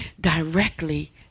directly